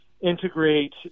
integrate